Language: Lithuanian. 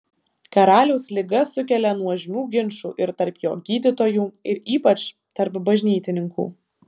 karaliaus liga sukelia nuožmių ginčų ir tarp jo gydytojų ir ypač tarp bažnytininkų